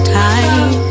time